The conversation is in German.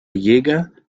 jäger